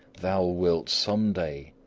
thou wilt some day,